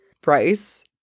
Bryce